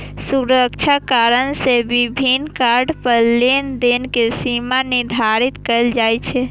सुरक्षा कारण सं विभिन्न कार्ड पर लेनदेन के सीमा निर्धारित कैल जाइ छै